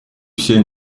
все